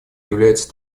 является